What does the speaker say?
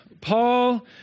Paul